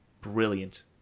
brilliant